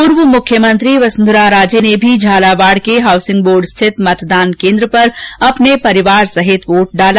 पूर्व मुख्यमंत्री वसुंधरा राजे ने भी झालावाड के हाउसिंग बोर्ड स्थित मतदान केन्द्र पर अपने परिवार सहित वोट डाला